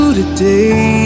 today